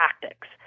tactics